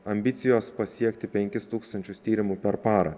ambicijos pasiekti penkis tūkstančius tyrimų per parą